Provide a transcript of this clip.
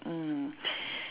mm